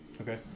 Okay